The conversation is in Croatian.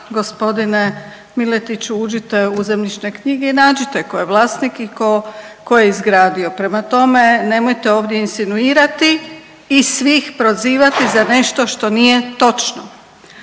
gospodine Miletiću uđite u zemljišne knjige i nađite tko je vlasnik i tko, tko je izgradio, prema tome nemojte ovdje insinuirati i svih prozivati za nešto što nije točno.